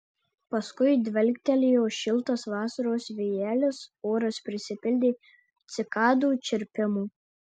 paskui dvelktelėjo šiltas vasaros vėjelis oras prisipildė cikadų čirpimo